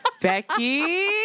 Becky